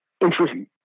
Interesting